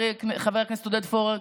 חבר הכנסת עודד פורר,